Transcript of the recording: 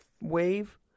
wave